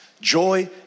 joy